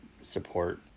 support